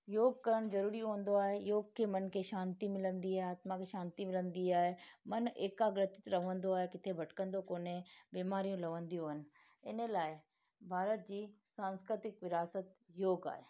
योग करण ज़रूरी हूंदो आहे योग खे मन खे शांति मिलंदी आहे आत्मा खे शांति मिलंदी आहे मनु एकाग्रत रहंदो आहे किथे भटकंदो कोने बीमारियूं लवंदियूं आहिनि हिन लाइ भारत जी सांस्कृतिक विरासत योग आहे